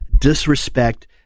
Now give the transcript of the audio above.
disrespect